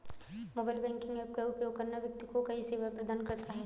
mobile banking app का उपयोग करना व्यक्ति को कई सेवाएं प्रदान करता है